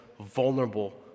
vulnerable